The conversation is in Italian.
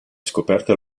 scoperta